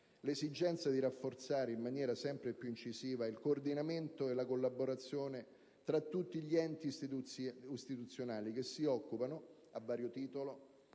l'esigenza di rafforzare in maniera sempre più incisiva il coordinamento e la collaborazione fra tutti gli enti istituzionali che si occupano, a vario titolo,